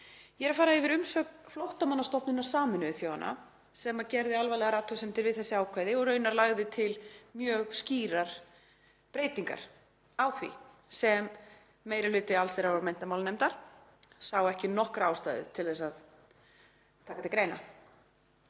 Ég er að fara yfir umsögn Flóttamannastofnunar Sameinuðu þjóðanna sem gerði alvarlegar athugasemdir við þessi ákvæði og lagði raunar til mjög skýrar breytingar á því sem meiri hluti allsherjar- og menntamálanefndar sá ekki nokkra ástæðu til að taka til greina.